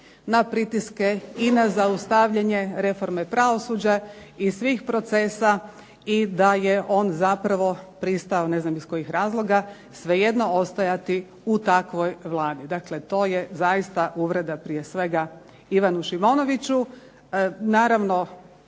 na pritiske i na zaustavljanje reforme pravosuđa i svih procesa i da je on zapravo pristao, ne znam iz kojih razloga, svejedno ostajati u takvoj Vladi. Dakle, to je zaista uvreda prije svega Ivanu Šimonoviću,